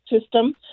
system